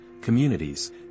communities